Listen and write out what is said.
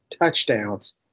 touchdowns